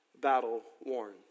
battle-worn